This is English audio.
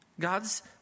God's